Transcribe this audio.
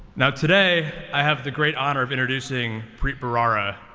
now, today i have the great honor of introducing preet bharara,